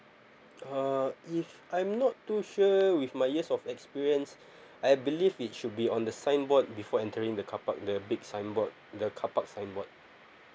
uh if I'm not too sure with my years of experience I believe it should be on the signboard before entering the carpark the big signboard the carpark signboard